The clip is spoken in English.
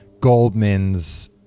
Goldman's